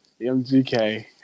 MGK